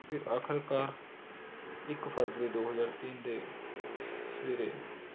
ਫਿਰ ਆਖਰਕਾਰ ਇੱਕ ਫਰਵਰੀ ਦੋ ਹਜ਼ਾਰ ਤਿੰਨ ਦੇ ਸ ਸਵੇਰੇ